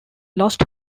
lost